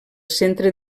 centre